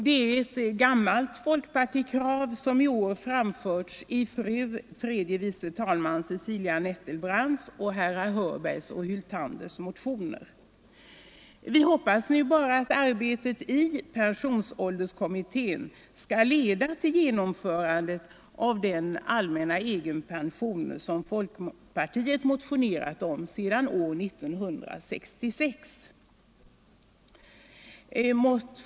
Det är ett gammalt folkpartikrav som i år framförts i fru tredje vice talmannen Nettelbrandts och herrar Hörbergs och Hyltanders motioner. Vi hoppas nu att arbetet i pensionsålderskom mittén skall leda till genomförande av den allmänna egenpension som folkpartiet motionerat om sedan år 1966.